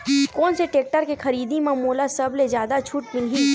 कोन से टेक्टर के खरीदी म मोला सबले जादा छुट मिलही?